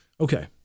Okay